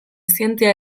zientzia